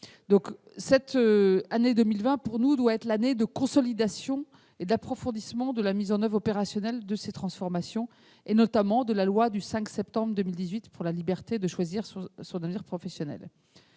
À cet égard, 2020 doit être l'année de consolidation et d'approfondissement de la mise en oeuvre opérationnelle de ces transformations, notamment de la loi du 5 septembre 2018 pour la liberté de choisir son avenir professionnel.